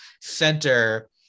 center